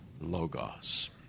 logos